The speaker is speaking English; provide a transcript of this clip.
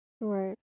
Right